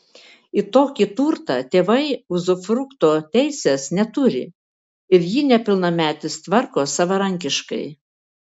į tokį turtą tėvai uzufrukto teisės neturi ir jį nepilnametis tvarko savarankiškai